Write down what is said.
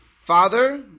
father